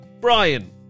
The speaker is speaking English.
Brian